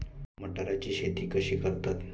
मटाराची शेती कशी करतात?